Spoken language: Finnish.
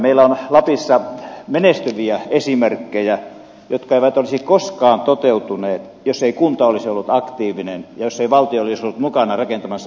meillä on lapissa menestyviä esimerkkejä jotka eivät olisi koskaan toteutuneet jos ei kunta olisi ollut aktiivinen ja jos ei valtio olisi ollut mukana rakentamassa infraa